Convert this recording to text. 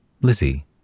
Lizzie